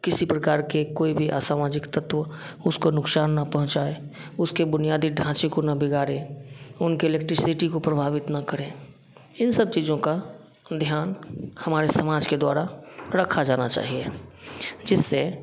किसी प्रकार के कोई भी असामाजिक तत्व उसको नुकसान ना पहुँचाए उसके बुनियादी ढांचे को ना बिगाड़े उनके इलेक्ट्रिसिटी को प्रभावित न करें इन सब चीज़ों का ध्यान हमारे समाज के द्वारा रखा जाना चाहिए जिससे